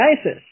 ISIS